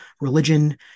religion